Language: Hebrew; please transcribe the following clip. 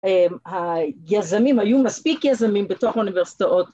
‫היזמים, היו מספיק יזמים ‫בתוך אוניברסיטאות.